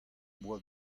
boa